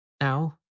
Now